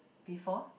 before